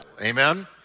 amen